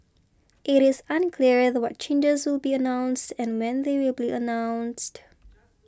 it is unclear what changes will be announced and when they will be announced